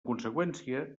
conseqüència